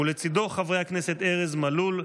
ולצידו חברי הכנסת ארז מלול,